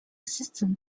systems